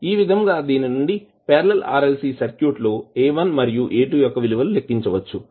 ఈ విధంగా దీని నుండి పార్లల్ RLC సర్క్యూట్ లో A 1 మరియు A 2 యొక్క విలువలు లెక్కించవచ్చు